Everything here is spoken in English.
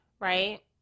right